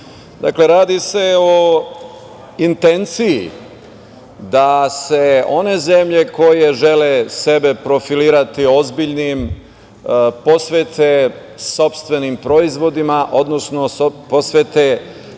radi se o intenciji da se one zemlje koje žele sebe profilirati ozbiljnim posvete sopstvenim proizvodima, odnosno posvete